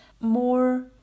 more